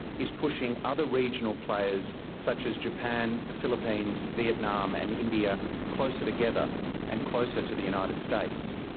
is pushing other regional players such as japan, the philippines, vietnam and india closer together and closer to the united states.